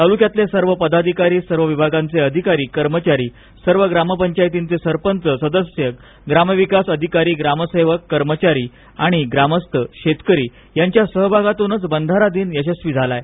तालुक्यातले सर्व पदाधिकारी सर्व विभागांचे अधिकारी कर्मचारी सर्व ग्रामपंचायतींचे सरपंच सदस्य ग्रामविकास अधिकारी ग्रामसेवक कर्मचारी आणि ग्रामस्थ शेतकरी यांच्या सहभागातूनच बंधारा दिन यशस्वीझालाआहे